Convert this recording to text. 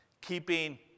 keeping